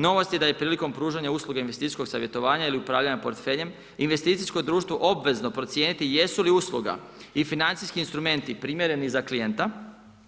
Novost je da je prilikom pružanja usluge investicijskog savjetovanja ili upravljanja portfeljem investicijsko društvo obvezno procijeniti jesu li usluga i financijski instrumenti primjereni za klijenta,